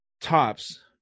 Tops